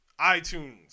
iTunes